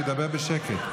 שידבר בשקט.